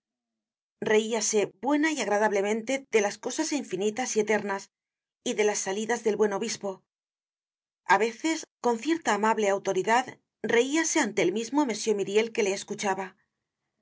reíase buena y agradablemente de las cosas infinitas y eternas y de las salidas del buen obispo a veces con cierta amable autoridad reíase ante el mismo m myriej que le escuchaba